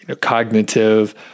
cognitive